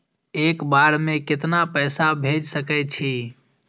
एक बार में केतना पैसा भेज सके छी?